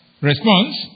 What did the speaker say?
response